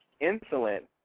insulin